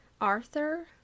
Arthur